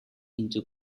into